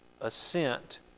assent